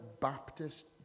Baptist